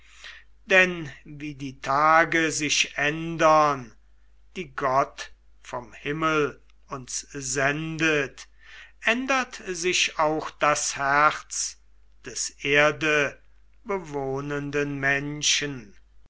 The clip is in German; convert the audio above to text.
denn wie die tage sich ändern die gott vom himmel uns sendet ändert sich auch das herz des erdebewohnenden menschen